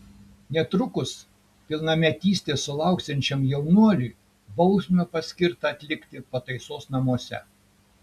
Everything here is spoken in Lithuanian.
netrukus pilnametystės sulauksiančiam jaunuoliui bausmę paskirta atlikti pataisos namuose